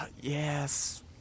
Yes